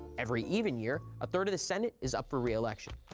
every even year, a third of the senate is up for re-election.